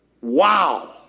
Wow